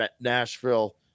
Nashville